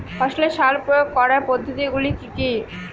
ফসলে সার প্রয়োগ করার পদ্ধতি গুলি কি কী?